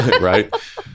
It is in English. right